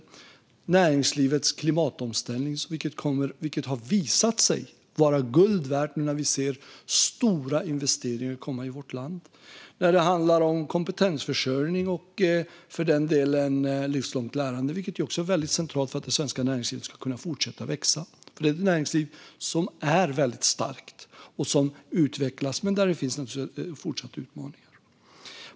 Det handlade om näringslivets klimatomställning, som har visat sig vara guld värd när vi nu ser stora investeringar komma i vårt land. Det handlade om kompetensförsörjning och livslångt lärande, vilket ju också är väldigt centralt för att det svenska näringslivet ska kunna fortsätta växa. Vi har ett näringsliv som är väldigt starkt och som utvecklas men där det naturligtvis också finns fortsatta utmaningar.